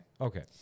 okay